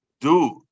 dude